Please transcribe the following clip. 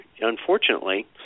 unfortunately